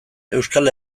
euskal